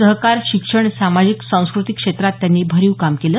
सहकार शिक्षण सामाजिक सांस्कृतिक क्षेत्रात त्यांनी भरीव काम केलं